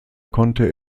konnte